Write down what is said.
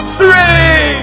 three